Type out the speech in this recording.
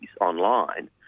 online